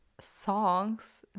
Songs